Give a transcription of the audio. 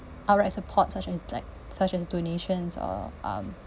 outright support such as like such as donations or um